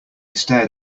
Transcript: stared